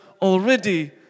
already